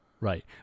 right